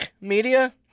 Media